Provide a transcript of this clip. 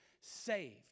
saved